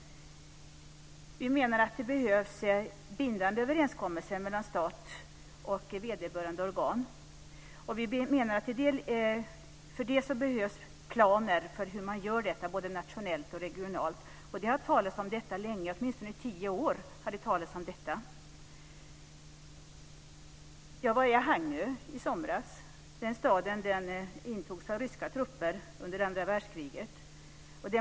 Vi menar att det behövs bindande överenskommelser mellan stat och vederbörande organ. Vi menar att det behövs planer för hur man gör detta, både nationellt och regionalt. Det har talats om detta länge, åtminstone i 10 år. Jag var i Hangö i somras. Den staden intogs av ryska trupper under andra världskriget.